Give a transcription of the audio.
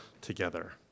together